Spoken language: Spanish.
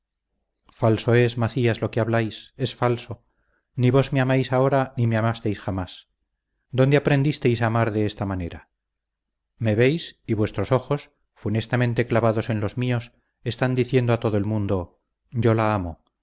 falso es macías lo que habláis es falso ni vos me amáis ahora ni me amasteis jamás dónde aprendisteis a amar de esta manera me veis y vuestros ojos funestamente clavados en los míos están diciendo a todo el mundo yo la amo